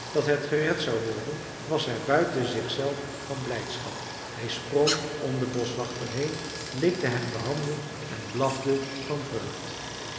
dat het gered zou worden was hij buiten zichzelf van blijdschap hij sprong om den boschwachter heen likte hem de handen en blafte van vreugd